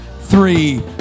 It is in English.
three